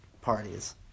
parties